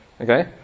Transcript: Okay